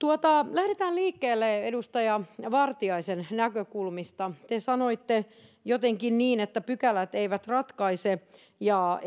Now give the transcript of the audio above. lähdetään liikkeelle edustaja vartiaisen näkökulmista te sanoitte jotenkin niin että pykälät eivät ratkaise ja